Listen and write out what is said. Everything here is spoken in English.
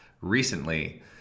recently